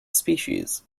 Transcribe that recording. species